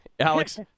Alex